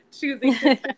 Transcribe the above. choosing